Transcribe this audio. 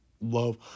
love